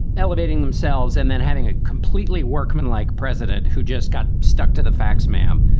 elevating themselves and then having a completely workman like president who just got stuck to the facts, ma'am.